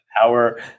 power